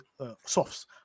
softs